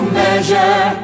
measure